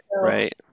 Right